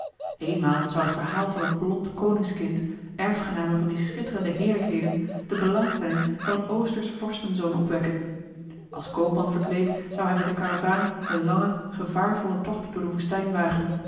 eenmaal zou het verhaal van een blond koningskind erfgename van die schitterende heerlijkheden de belangstelling van een oostersch vorstenzoon opwekken als koopman verkleed zou hij met de karavaan den langen gevaarvollen tocht door de woestijn